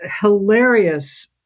hilarious